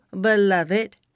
beloved